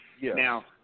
Now